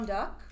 Duck